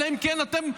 אלא אם כן אתם,